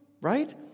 right